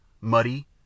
muddy